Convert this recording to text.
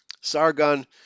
Sargon